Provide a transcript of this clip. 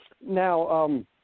Now